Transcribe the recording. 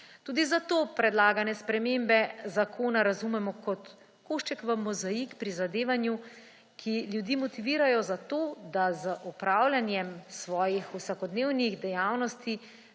Tudi zato predlagane spremembe zakona razumemo kot košček v mozaik prizadevanju, ki ljudi motivirajo zato, da z opravljanjem svojih vsakodnevnih dejavnosti